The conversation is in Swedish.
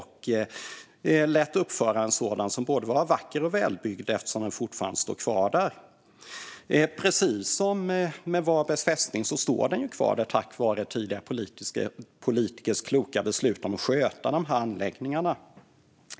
Han lät uppföra en sådan som är både vacker och välbyggd eftersom den fortfarande står kvar där. Precis som med Varbergs fästning står den kvar där tack vare tidigare politikers kloka beslut om att sköta anläggningarna.